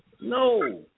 No